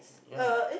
ya